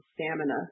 stamina